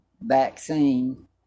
vaccine